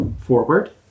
forward